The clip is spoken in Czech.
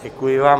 Děkuji vám.